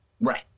Right